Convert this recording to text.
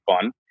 fun